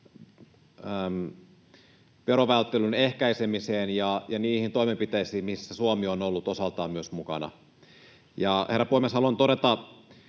verovälttelyn ehkäisemiseen ja niihin toimenpiteisiin, missä Suomi on ollut osaltaan myös mukana. Herra puhemies! Haluan todeta